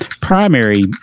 primary